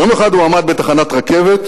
יום אחד הוא עמד בתחנת רכבת,